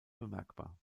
bemerkbar